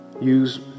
Use